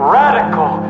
radical